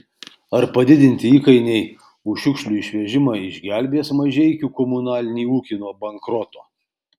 ar padidinti įkainiai už šiukšlių išvežimą išgelbės mažeikių komunalinį ūkį nuo bankroto